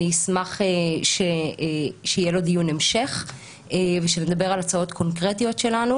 אני אשמח שיהיה לו המשך ושנדבר על הצעות קונקרטיות שלנו,